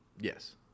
Yes